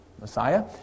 Messiah